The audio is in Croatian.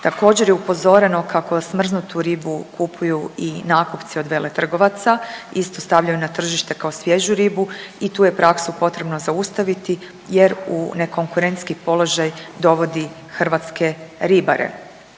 Također je upozoreno kako smrznutu ribu kupuju i nakupci od veletrgovaca, istu stavljaju na tržište kao svježu ribu i tu je praksu potrebno zaustaviti jer u nekonkurentski položaj dovodi hrvatske ribare.